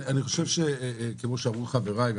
אני חושב שכמו שאמרו חבריי,